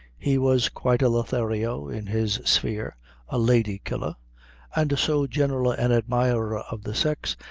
he was quite a lothario in his sphere a lady-killer and so general an admirer of the sex,